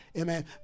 amen